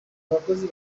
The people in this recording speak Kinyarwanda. abakozi